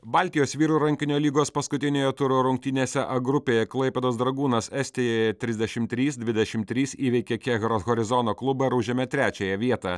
baltijos vyrų rankinio lygos paskutiniojo turo rungtynėse a grupėje klaipėdos dragūnas estijoje trisdešimt trys dvidešimt trys įveikė keharos horizono klubą ir užėmė trečiąją vietą